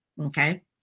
Okay